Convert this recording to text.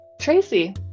Tracy